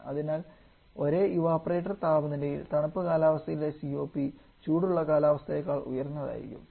അതിനാൽ ഒരേ ഇവപൊറേറ്റർ താപനിലയിൽ തണുപ്പ് കാലാവസ്ഥയിലെ COP ചൂടുള്ള കാലാവസ്ഥയെക്കാൾ ഉയർന്നതായിരിക്കും